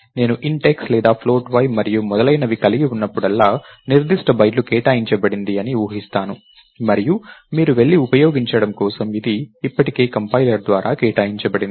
నేను int x లేదా float y మరియు మొదలైనవి కలిగి ఉన్నప్పుడల్లా నిర్దిష్ట బైట్లు కేటాయించబడింది అని ఊహిస్తాను మరియు మీరు వెళ్లి ఉపయోగించడం కోసం ఇది ఇప్పటికే కంపైలర్ ద్వారా కేటాయించబడింది